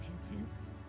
repentance